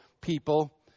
people